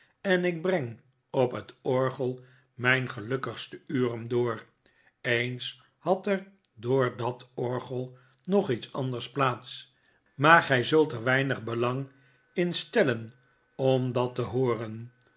en ik breng op het orgel mijn gelukkigste uren door eens had er door dat orgel nog iets anders plaats maar gij zult er weinig belang in stellen om dat te hooren